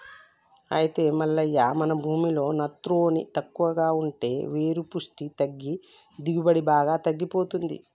అయితే మల్లయ్య మన భూమిలో నత్రవోని తక్కువ ఉంటే వేరు పుష్టి తగ్గి దిగుబడి బాగా తగ్గిపోతుంది